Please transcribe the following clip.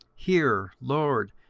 hear, lord,